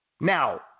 Now